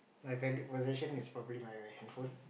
my valued possession is probably my handphone